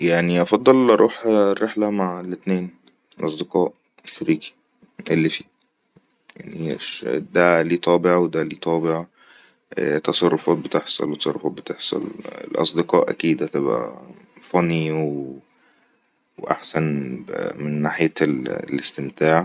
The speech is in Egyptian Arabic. يعني أفضل اروح رحلة مع الاتنين الأصدقاء شريكي اللي فيه يعني ش دا ليه طابع و دا لي طابع تصرفات بتحصل وتصرفات بتحصل الأصدقاء أكيد تبئى فاني و أحسن من ناحية الاستمتاع